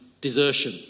desertion